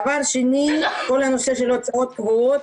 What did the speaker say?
דבר שני, כל הנושא של הוצאות קבועות.